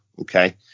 okay